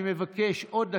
אני מבקש עוד דקה.